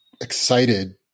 excited